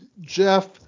Jeff